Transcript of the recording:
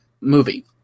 movie